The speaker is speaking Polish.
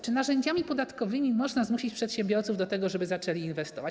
Czy narzędziami podatkowymi można zmusić przedsiębiorców do tego, żeby zaczęli inwestować?